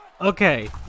Okay